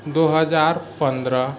दुइ हजार पनरह